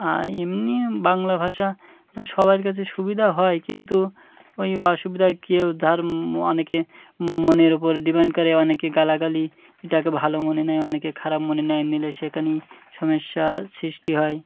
আর এমনি বাংলা ভাষা সবার কাছে সুবিধা হয় কিন্তু ওই অসুবিধা কেউ ধার অনেকে মনের ওপর ডিম্যান্ড করে অনেকে গালাগালি এটাকে ভালো মনে নেয় অনেকে খারাপ মনে নেয় নিলে সেখানেই সমস্যা সৃষ্টি হয়